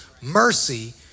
Mercy